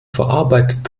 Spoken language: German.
verarbeitet